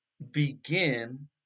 Begin